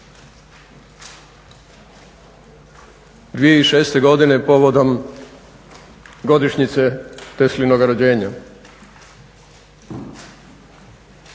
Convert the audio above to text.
2006. godine povodom godišnjice Teslinoga rođenja,